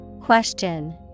Question